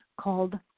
called